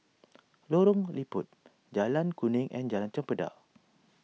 Lorong Liput Jalan Kuning and Jalan Chempedak